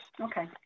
Okay